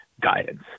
guidance